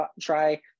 try